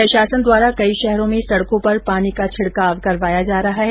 प्रशासन द्वारा कई शहरों में सड़कों पर पानी का छिड़काव करवाया जा रहा है